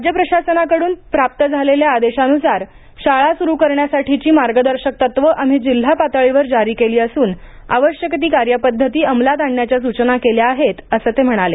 राज्य शासनाकडून प्राप्त झालेल्या आदेशानुसार शाळा सुरू करण्यासाठीची मार्गदर्शक तत्व आम्ही जिल्हा पातळीवर जारी केली असून आवश्यक ती कार्यपद्धती अंमलात आणण्याच्या सूचना केल्या आहेत असं ते म्हणाले